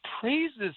praises